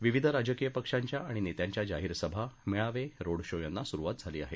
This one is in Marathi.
विविध राजकीय पक्षांच्या आणि नेत्यांच्या जाहीर सभा मेळावे रोड शो यांना सुरुवात झाली आहे